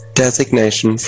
designation